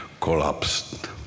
collapsed